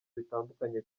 bitandukanye